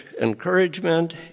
encouragement